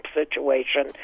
situation